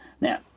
Now